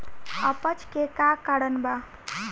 अपच के का कारण बा?